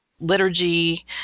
liturgy